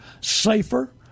safer